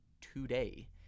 today